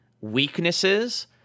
weaknesses